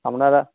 আপনারা